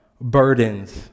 burdens